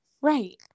Right